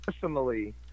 Personally